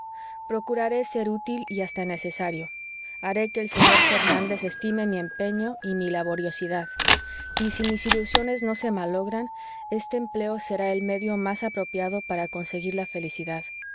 procuraré ser útil y hasta necesario haré que el señor fernández estime mi empeño y mi laboriosidad y si mis ilusiones no se malogran este empleo será el medio más apropiado para conseguir la felicidad